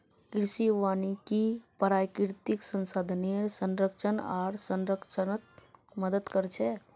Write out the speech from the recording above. कृषि वानिकी प्राकृतिक संसाधनेर संरक्षण आर संरक्षणत मदद कर छे